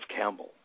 Campbell